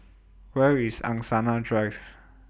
Where IS Angsana Drive